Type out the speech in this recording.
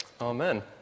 Amen